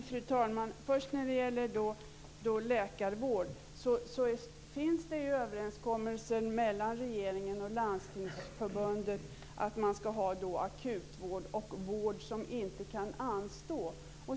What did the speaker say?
Fru talman! Det finns överenskommelser mellan regeringen och Landstingsförbundet om läkarvården. De asylsökande skall få akutvård och vård som inte kan anstå.